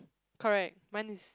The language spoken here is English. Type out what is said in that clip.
correct mine is